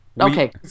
Okay